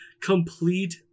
complete